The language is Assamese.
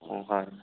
হয়